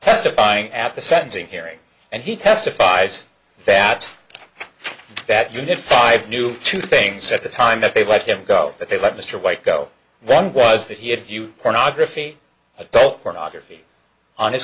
testifying at the sentencing hearing and he testifies that that unit five knew two things at the time that they let him go that they let mr white go then was that he had viewed pornography adult pornography on his